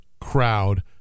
crowd